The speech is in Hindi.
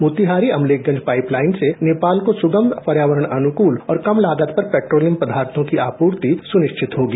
मोतीहारी अमलेखगंज पाइपलाइन से नेपाल को सुगम पर्यावरण अनुकूल और कम लागत पर पेट्रोलियम पदार्थों की आपूर्ति सुनिश्चित होगी